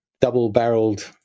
double-barreled